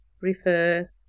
refer